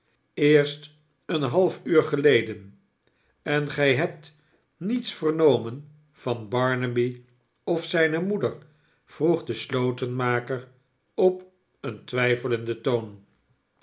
eerst een half uur geleden en gij hebt niets vernomen van barnaby of zijne moeder vroeg df slotenmaker op een twijfelenden toon